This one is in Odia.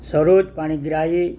ସରୋଜ ପାଣିଗ୍ରାହୀ